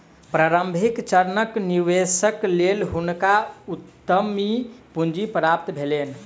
प्रारंभिक चरणक निवेशक लेल हुनका उद्यम पूंजी प्राप्त भेलैन